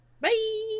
Bye